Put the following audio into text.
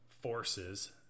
forces